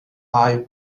eye